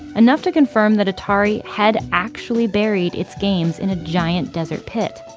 enough to confirm that atari had actually buried its games in a giant desert pit